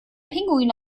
pinguin